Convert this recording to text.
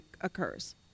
occurs